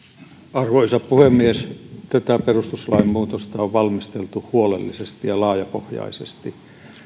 arvoisa puhemies tätä perustuslain muutosta on valmisteltu huolellisesti ja laajapohjaisesti